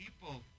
people